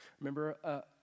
Remember